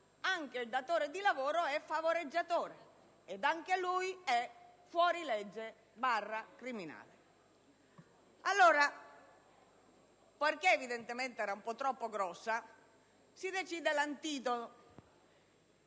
anche il datore di lavoro è favoreggiatore ed anche lui è fuorilegge-criminale. Allora, poiché la questione era un po' troppo grossa, si è deciso l'antidoto,